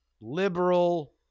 liberal